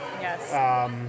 Yes